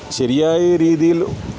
ശരിയായ രീതിയിൽ